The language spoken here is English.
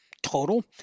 total